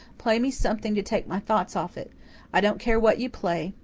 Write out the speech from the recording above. play me something to take my thoughts off it i don't care what you play.